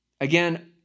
Again